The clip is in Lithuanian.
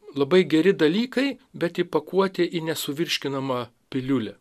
labai geri dalykai bet įpakuoti į nesuvirškinamą piliulę